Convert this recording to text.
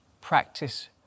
practice